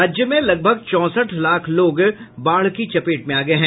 राज्य में लगभग चौंसठ लाख लोग बाढ़ की चपेट में आ गये हैं